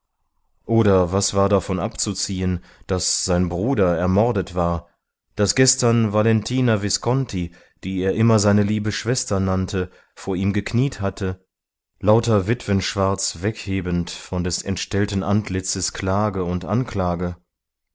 oder was war davon abzuziehen daß sein bruder ermordet war daß gestern valentina visconti die er immer seine liebe schwester nannte vor ihm gekniet hatte lauter witwenschwarz weghebend von des entstellten antlitzes klage und anklage